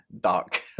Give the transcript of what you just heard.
dark